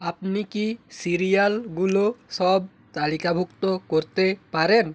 আপনি কি সিরিয়ালগুলো সব তালিকাভুক্ত করতে পারেন